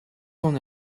kon